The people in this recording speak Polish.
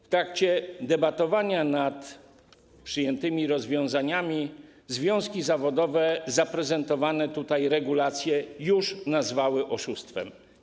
W trakcie debatowania nad przyjętymi rozwiązaniami związki zawodowe zaprezentowane tutaj regulacje już nazwały oszustwem.